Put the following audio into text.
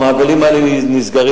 המעגלים האלה נסגרים,